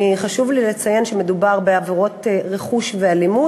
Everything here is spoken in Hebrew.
חשוב לי לציין שמדובר בעבירות רכוש ואלימות